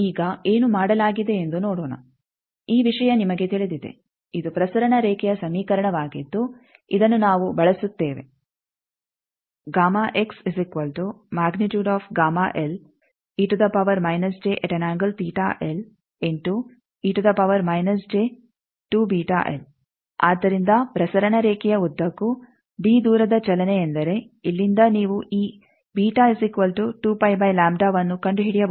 ಈಗ ಏನು ಮಾಡಲಾಗಿದೆಯೆಂದು ನೋಡೋಣ ಈ ವಿಷಯ ನಿಮಗೆ ತಿಳಿದಿದೆ ಇದು ಪ್ರಸರಣ ರೇಖೆಯ ಸಮೀಕರಣವಾಗಿದ್ದು ಇದನ್ನು ನಾವು ಬಳಸುತ್ತೇವೆ ಆದ್ದರಿಂದ ಪ್ರಸರಣ ರೇಖೆಯ ಉದ್ದಕ್ಕೂ ಡಿ ದೂರದ ಚಲನೆ ಎಂದರೆ ಇಲ್ಲಿಂದ ನೀವು ಈ ಅನ್ನು ಕಂಡುಹಿಡಿಯಬಹುದು